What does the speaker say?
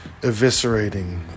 eviscerating